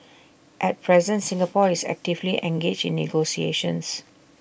at present Singapore is actively engaged in negotiations